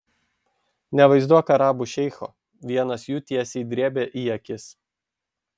nevaizduok arabų šeicho vienas jų tiesiai drėbė į akis